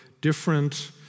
different